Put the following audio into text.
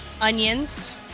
Onions